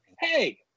hey